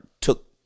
took